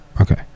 Okay